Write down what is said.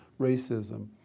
racism